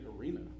arena